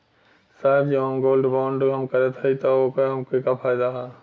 साहब जो हम गोल्ड बोंड हम करत हई त ओकर हमके का फायदा ह?